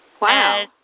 Wow